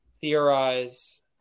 theorize